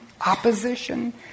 opposition